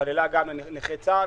שכללה גם את נכי צה"ל.